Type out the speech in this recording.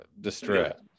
distress